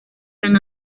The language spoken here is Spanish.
san